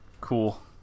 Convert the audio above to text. Cool